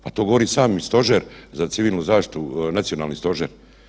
Pa to govori i sami stožer za civilnu zaštitu, nacionalni stožer.